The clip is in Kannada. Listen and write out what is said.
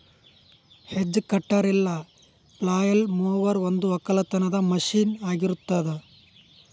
ಹೆಜ್ ಕಟರ್ ಇಲ್ಲ ಪ್ಲಾಯ್ಲ್ ಮೊವರ್ ಒಂದು ಒಕ್ಕಲತನದ ಮಷೀನ್ ಆಗಿರತ್ತುದ್